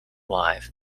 live